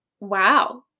wow